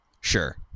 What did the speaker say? Sure